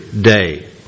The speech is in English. day